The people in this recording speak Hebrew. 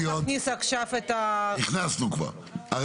אם ככה,